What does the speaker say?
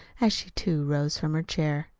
as she, too, rose from her chair.